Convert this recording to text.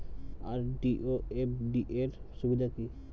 RD ও FD র সুবিধা কি?